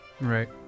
Right